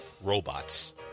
robots